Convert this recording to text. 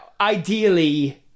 ideally